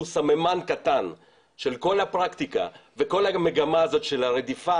שהוא סממן קטן של כל הפרקטיקה וכל המגמה הזאת של הרדיפה